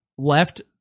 left